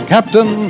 Captain